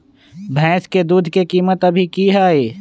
भैंस के दूध के कीमत अभी की हई?